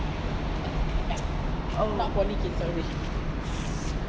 not poly kids sorry